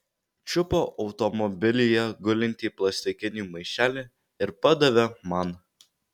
čiupo automobilyje gulintį plastikinį maišelį ir padavė man